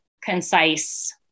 concise